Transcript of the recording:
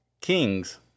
kings